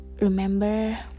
remember